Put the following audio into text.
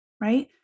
right